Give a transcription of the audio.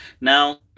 Now